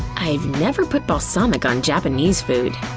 i've never put balsamic on japanese food.